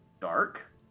Dark